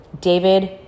David